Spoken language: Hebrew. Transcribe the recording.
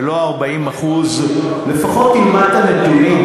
ולא 40%. לפחות תלמד את הנתונים,